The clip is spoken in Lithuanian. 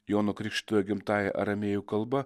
jono krikštytojo gimtąja aramėjų kalba